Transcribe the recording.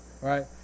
Right